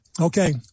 Okay